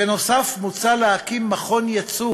בנוסף, מוצע להקים מכון-ייצוא